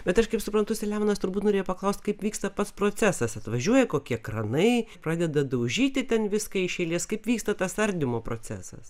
bet aš kaip suprantu selemonas turbūt norėjo paklaust kaip vyksta pats procesas atvažiuoja kokie kranai pradeda daužyti ten viską iš eilės kaip vyksta tas ardymo procesas